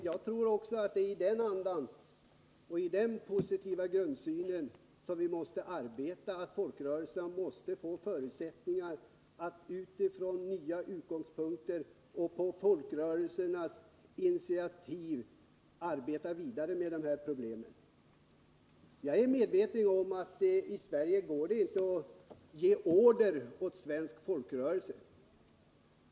Jag tror också att i den andan och i den positiva grundsynen som vi måste arbeta, måste folkrörelserna få förutsättningar att utifrån nya utgångspunkter och på sina initiativ arbeta vidare med de här problemen. Jag är medveten om att det i Sverige inte går att ge order till svensk folkrörelse.